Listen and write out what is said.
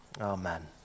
Amen